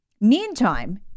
Meantime